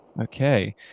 Okay